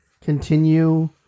continue